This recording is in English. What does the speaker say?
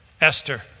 Esther